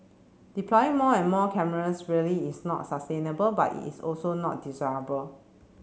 deploying more and more cameras really is not sustainable but it's also not desirable